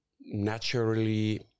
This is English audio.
naturally